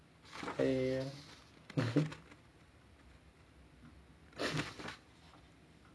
ya mmhmm